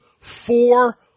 four